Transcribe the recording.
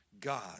God